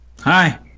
hi